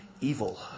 evil